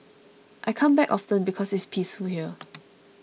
I come back often because it's peaceful here